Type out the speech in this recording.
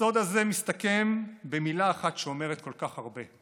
הסוד הזה מסתכם במילה אחת שאומרת כל כך הרבה,